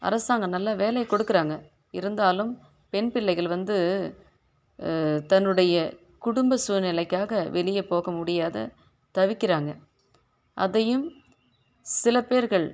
அரசாங்கம் நல்ல வேலையை கொடுக்கிறாங்க இருந்தாலும் பெண் பிள்ளைகள் வந்து தன்னுடைய குடும்பம் சூழ்நிலைக்காக வெளியே போக முடியாது தவிக்கிறாங்க அதையும் சில பேர்கள்